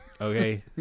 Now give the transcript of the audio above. Okay